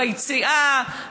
ביציאה,